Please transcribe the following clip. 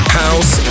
house